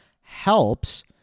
helps